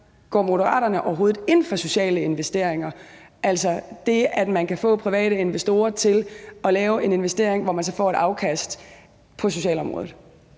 Går Moderaterne overhovedet ind for sociale investeringer, altså det, at man kan få private investorer til at lave en investering, hvor de så får et afkast, på socialområdet